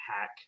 hack